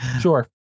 Sure